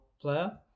player